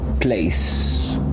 place